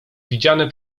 widziane